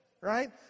Right